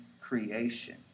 creation